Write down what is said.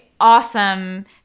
awesome